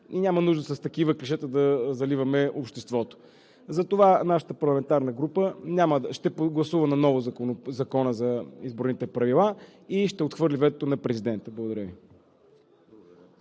Няма нужда с такива клишета да заливаме обществото. Затова нашата парламентарна група ще гласува наново Закона за изборните правила и ще отхвърли ветото на президента. Благодаря Ви.